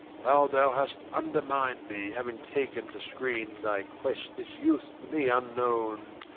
how thou hast undermined me, having taken to screen thy quest this youth to me unknown,